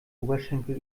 oberschenkel